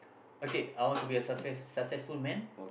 okay I want to be a successful man